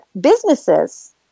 businesses